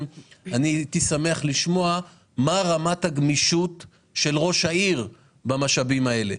אני הייתי שמח לשמוע מה רמת הגמישות של ראש העיר במשאבים האלה.